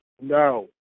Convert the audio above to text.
No